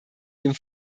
dem